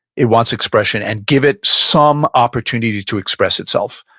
it wants expression and give it some opportunity to express itself.